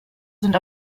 sind